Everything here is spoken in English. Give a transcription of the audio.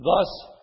Thus